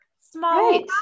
small